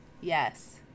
Yes